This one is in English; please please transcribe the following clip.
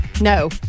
No